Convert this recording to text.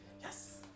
Yes